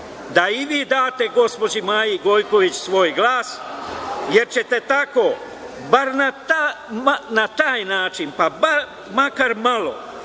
da i vi date gospođi Maji Gojković, svoj glas, jer ćete tako, bar na taj način, makar malo,